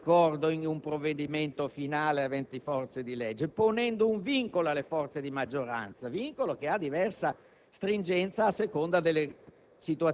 dell'accordo in un provvedimento finale avente forza di legge, ponendo alle forze di maggioranza un vincolo che ha diversa stringenza a seconda delle